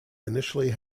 initially